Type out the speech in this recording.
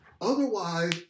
Otherwise